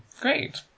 Great